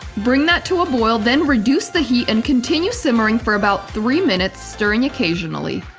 bring that to a boil then reduce the heat and continue simmering for about three minutes stirring occasionally.